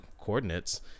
coordinates